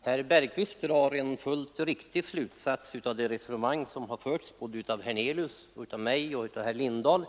Herr talman! Herr Bergqvist drar en riktig slutsats av det resonemang som förts av herr Hernelius, herr Lindahl